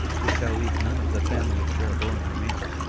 who shall leave none of the family of jeroboam remaining.